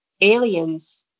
aliens